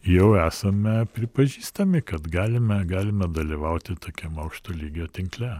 jau esame pripažįstami kad galime galime dalyvauti tokiam aukšto lygio tinkle